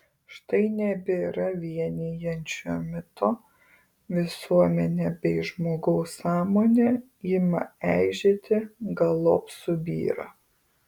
štai nebėra vienijančio mito visuomenė bei žmogaus sąmonė ima eižėti galop subyra